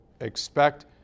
expect